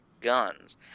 guns